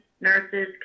Nurses